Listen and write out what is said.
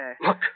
Look